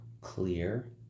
clear